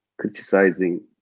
criticizing